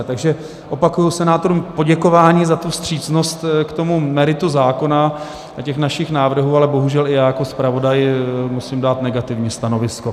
Takže opakuji: senátorům poděkování za tu vstřícnost k meritu zákona a našich návrhů, ale bohužel i já jako zpravodaj musím dát negativní stanovisko.